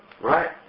right